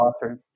bathroom